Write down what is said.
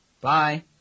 Bye